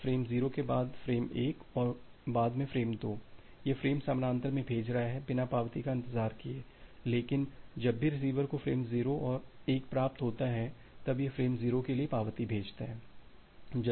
frame 0 के बाद frame 1 और उसके बाद फ्रेम 2 यह फ्रेम समानांतर में भेज रहा है बिना पावती का इंतजार किए लेकिन जब भी रिसीवर को फ्रेम 0 और 1 प्राप्त होता है तब यह फ्रेम 0 के लिए पावती भेजता है